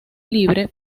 libre